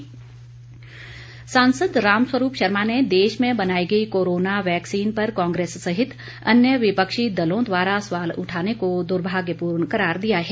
रामस्वरूप सांसद रामस्वरूप शर्मा ने देश में बनाई गई कोरोना वैक्सीन पर कांग्रेस सहित अन्य विपक्षी दलों द्वारा सवाल उठाने को दुर्भाग्यपूर्ण करार दिया है